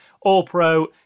all-pro